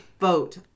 vote